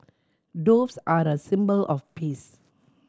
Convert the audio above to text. doves are a symbol of peace